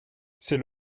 c’est